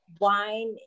wine